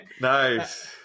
Nice